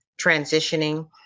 transitioning